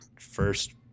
first